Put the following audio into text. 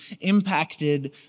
impacted